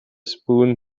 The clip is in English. spoon